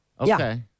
Okay